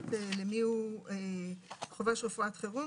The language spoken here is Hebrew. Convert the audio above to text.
שנוגעת למי הוא חופש רפואת חירום,